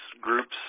groups